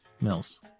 Mills